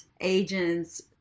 agents